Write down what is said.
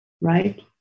right